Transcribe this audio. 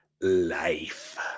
life